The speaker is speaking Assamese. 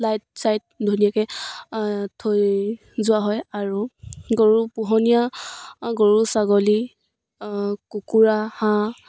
লাইট ছাইট ধুনীয়াকৈ থৈ যোৱা হয় আৰু গৰু পোহনীয়া গৰু ছাগলী কুকুৰা হাঁহ